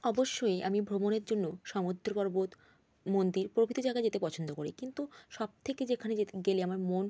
অবশ্যই আমি ভ্রমণের জন্য সমুদ্র পর্বত মন্দির প্রভৃতি জায়গা যেতে পছন্দ করি কিন্তু সব থেকে যেখানে যেতে গেলে আমার মন